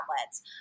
outlets